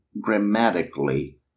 grammatically